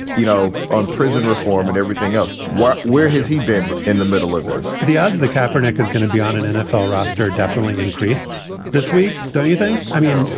you know, on prison reform and everything else. what where has he been in the middle of this? the ads the capper, nick, is going to be on an nfl roster definitely increased this week. don't you think? i mean,